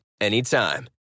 anytime